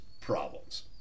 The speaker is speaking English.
problems